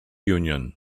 union